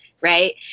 Right